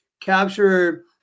capture